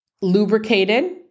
lubricated